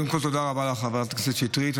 קודם כול, תודה רבה לך, חברת הכנסת שטרית.